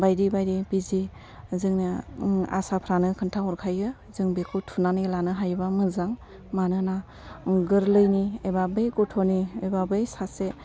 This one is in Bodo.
बायदि बायदि बिजि जोंना आसाफ्रानो खोन्था हरखायो जों बिखौ थुना लानो हायोबा मोजां मानोना गोरलैनि एबा बे गथ'नि एबा बे सासे